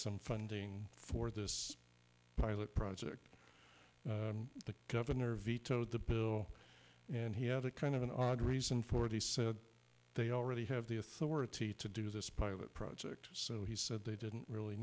some funding for this pilot project the governor vetoed the bill and he had a kind of an odd reason for it he said they already have the authority to do this pilot project so he said they didn't really